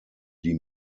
die